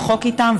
והחוק איתם,